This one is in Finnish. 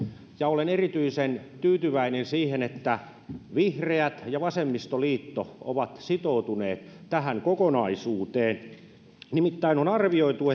ja olen erityisen tyytyväinen siitä että vihreät ja vasemmistoliitto ovat sitoutuneet tähän kokonaisuuteen nimittäin on arvioitu